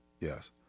Yes